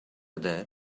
other